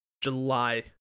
July